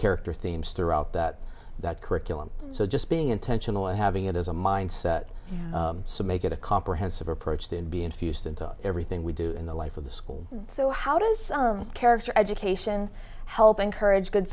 character themes throughout that that curriculum so just being intentional and having it as a mindset so make it a comprehensive approach to be infused into everything we do in the life of the school so how does character education help encourage good